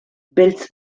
beltz